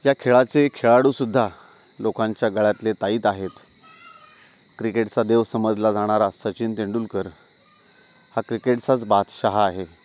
या खेळाचे खेळाडू सुद्धा लोकांच्या गळ्यातले ताईत आहेत क्रिकेटचा देव समजला जाणारा सचिन तेंडुलकर हा क्रिकेटचाच बादशाह आहे